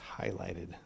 highlighted